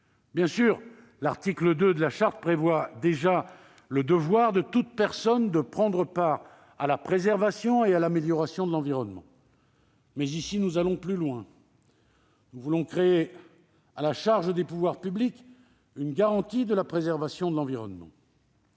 Bien sûr, l'article 2 de la Charte prévoit déjà pour toute personne le devoir de prendre part à la préservation et à l'amélioration de l'environnement. Mais, ici, nous allons plus loin : nous voulons créer, à la charge des pouvoirs publics, une garantie de la préservation de l'environnement.